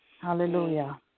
Hallelujah